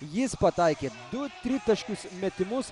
jis pataikė du tritaškius metimus